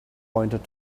pointed